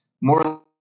more